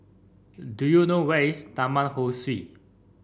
do you know where is Taman Ho Swee